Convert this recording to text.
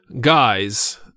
guys